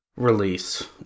release